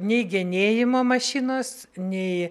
nei genėjimo mašinos nei